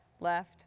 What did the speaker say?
left